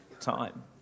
time